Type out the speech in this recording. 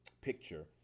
picture